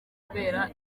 kubera